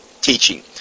teaching